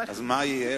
אז מה יהיה?